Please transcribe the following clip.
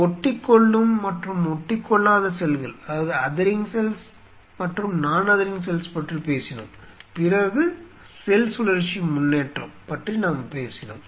ஒட்டிக்கொள்ளும் மற்றும் ஒட்டிக்கொள்ளாத செல்கள் பற்றி பேசினோம் பிறகு செல் சுழற்சி முன்னேற்றம் பற்றி நாம் பேசினோம்